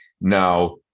now